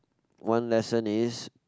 one lesson is